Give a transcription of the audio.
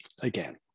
again